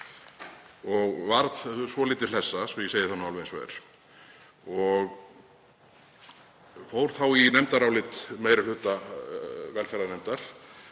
og varð svolítið hlessa, svo ég segi það alveg eins og er. Ég fór þá í nefndarálit meiri hluta velferðarnefndar